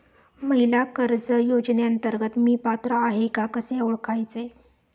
महिला कर्ज योजनेअंतर्गत मी पात्र आहे का कसे ओळखायचे?